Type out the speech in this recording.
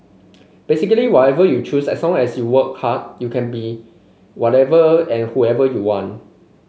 basically whatever you choose as long as you work hard you can be whatever and whoever you want